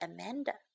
Amanda